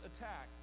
attack